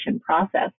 process